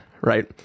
right